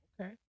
Okay